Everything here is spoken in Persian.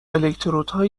الکترودهایی